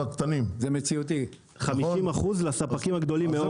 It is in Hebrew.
זה מציאותי, 50% לספקים הגדולים מאוד.